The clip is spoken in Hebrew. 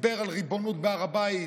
דיבר על ריבונות בהר הבית,